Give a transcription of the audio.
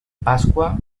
pasqua